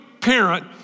parent